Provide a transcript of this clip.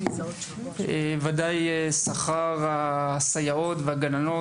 ודאי שגם שכר הסייעות והגננות,